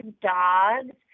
dogs